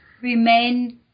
remain